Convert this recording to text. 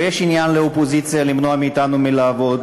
ויש עניין לאופוזיציה למנוע מאתנו לעבוד